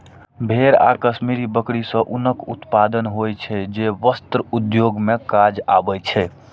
भेड़ आ कश्मीरी बकरी सं ऊनक उत्पादन होइ छै, जे वस्त्र उद्योग मे काज आबै छै